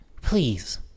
Please